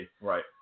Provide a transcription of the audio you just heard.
Right